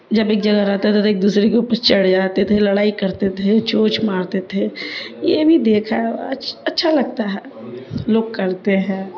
جب ایک جگہ رہتا تھا تو ایک دوسرے کے اوپر چڑھ جاتے تھے لڑائی کرتے تھے چونچ مارتے تھے یہ بھی دیکھا ہے اچھا لگتا ہے لوگ کرتے ہیں